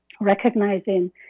recognizing